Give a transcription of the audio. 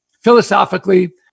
philosophically